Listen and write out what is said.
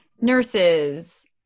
nurses